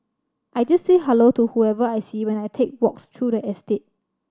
I just say hello to whoever I see when I take walks through the estate